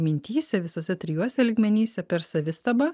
mintyse visuose trijuose lygmenyse per savistabą